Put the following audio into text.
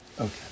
Okay